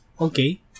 Okay